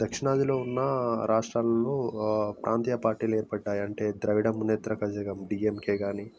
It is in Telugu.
దక్షిణాదిలో ఉన్న రాష్ట్రాలలో ఆ ప్రాంతీయ పార్టీలు ఏర్పడ్డాయి అంటే ద్రవిడ మున్నేట్ర కజగం డీఎంకే